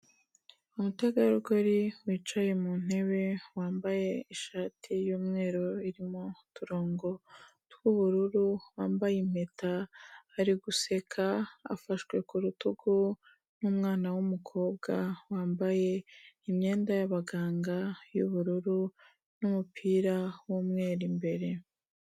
Umutegarugori wicaye mu ntebe, wambaye ishati y'umweru irimo uturongo tw'ubururu, wambaye impeta, ari guseka, afashwe ku rutugu n'umwana w'umukobwa wambaye imyenda y'abaganga y'ubururu, n'umupira w'umweru imbere.